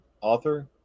author